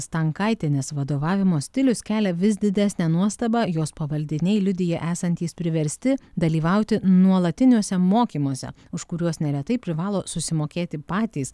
stankaitienės vadovavimo stilius kelia vis didesnę nuostabą jos pavaldiniai liudija esantys priversti dalyvauti nuolatiniuose mokymuose už kuriuos neretai privalo susimokėti patys